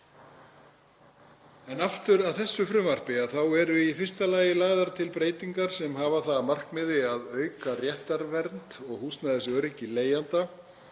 En aftur að þessu frumvarpi. Í fyrsta lagi eru lagðar til breytingar sem hafa það að markmiði að auka réttarvernd og húsnæðisöryggi leigjenda